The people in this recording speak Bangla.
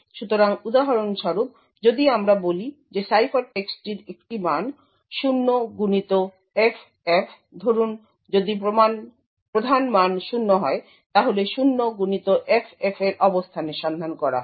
সুতরাং উদাহরণস্বরূপ যদি আমরা বলি যে সাইফারটেক্সটটির একটি মান 0xFF ধরুন যদি প্রধান মান 0 হয় তাহলে 0xFF এর অবস্থানে সন্ধান করা হয়